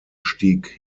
stieg